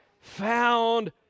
Found